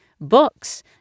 books